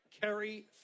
Kerry